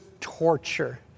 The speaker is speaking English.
torture